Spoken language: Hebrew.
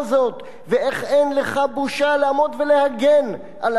ואיך אין לך בושה לעמוד ולהגן על העמדה הזאת?